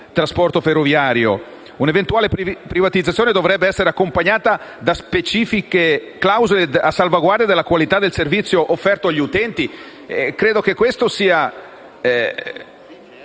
un'eventuale privatizzazione dovrebbe essere accompagnata da specifiche clausole a salvaguardia della qualità del servizio offerto agli utenti,